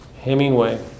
Hemingway